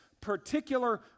particular